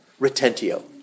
retentio